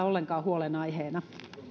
ollenkaan huolenaiheena